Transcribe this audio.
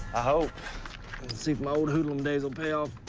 hope and see if my old hoodlum days will pay off